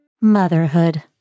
Motherhood